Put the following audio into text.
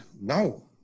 No